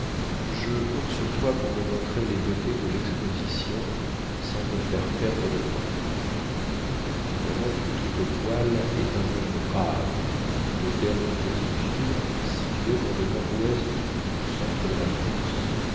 je compte sur toi pour me montrer les beautés de lexposition sans me faire perdre de temps mon oncle toutaupoil est un homme grave notaire dune petite ville située dans le nord-ouest du centre de la france